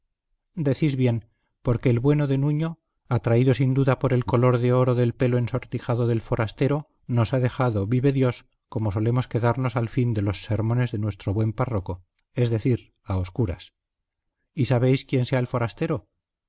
decís bien porque el bueno de nuño atraído sin duda por el color de oro del pelo ensortijado del forastero nos ha dejado vive dios como solemos quedarnos al fin de los sermones de nuestro buen párroco es decir a oscuras y sabéis quién sea el forastero